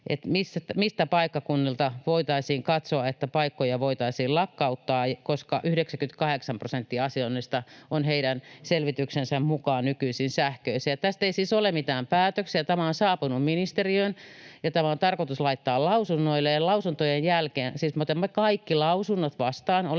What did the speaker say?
että miltä paikkakunnilta voitaisiin katsoa, että paikkoja voitaisiin lakkauttaa, koska 98 prosenttia asioinneista on heidän selvityksensä mukaan nykyisin sähköisiä. Tästä ei siis ole mitään päätöksiä. Tämä on saapunut ministeriöön, ja tämä on tarkoitus laittaa lausunnoille, ja lausuntojen jälkeen... Siis me otamme kaikki lausunnot vastaan.